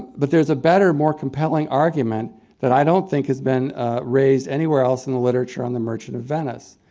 but there's a better, more compelling argument that i don't think has been raised anywhere else in the literature on the merchant of venice.